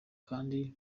kandi